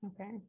Okay